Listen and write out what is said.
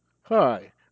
Hi